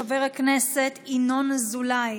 חבר הכנסת ינון אזולאי,